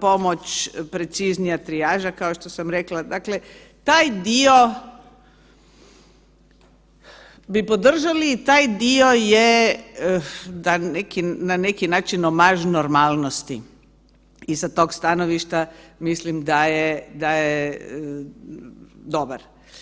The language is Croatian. pomoć, preciznija trijaža kao što sam rekla, dakle taj dio bi podržali i taj dio je na neki način nomaž normalnosti i sa tog stanovišta mislim da je dobar.